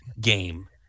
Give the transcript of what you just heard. game